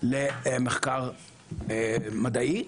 למחקר מדעי